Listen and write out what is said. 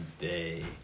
today